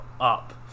up